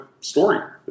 story